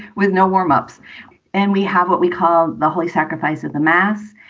with no warm ups and we have what we call the holy sacrifice of the mass.